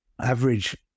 average